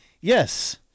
Yes